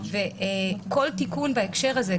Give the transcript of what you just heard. כל תיקון בהקשר הזה,